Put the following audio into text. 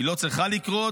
היא לא צריכה לקרות,